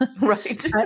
right